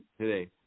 today